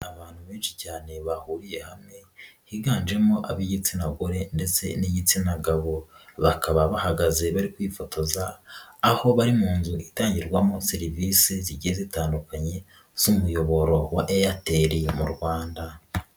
Abantu benshi cyane bahuriye hamwe, higanjemo ab'igitsina gore ndetse n'igitsina gabo, bakaba bahagaze bari kwifotoza, aho bari mu nzu itangirwamo serivisi zigiye zitandukanye z'umuyoboro wa Airtel mu Rwanda.